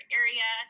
area